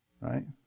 right